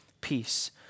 peace